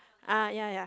ah ya ya